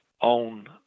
on